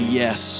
yes